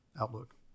outlook